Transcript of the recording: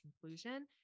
conclusion